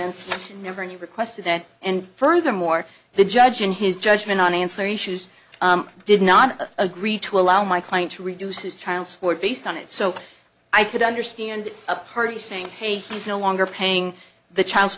instruction never any request today and furthermore the judge in his judgment on answer issues did not agree to allow my client to reduce his child support based on it so i could understand a party saying hey he's no longer paying the child